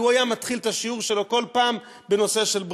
כי הוא היה מתחיל את השיעור שלו כל פעם בנושא של בריאות.